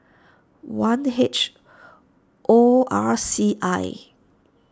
one H O R C I